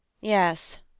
Yes